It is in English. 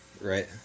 Right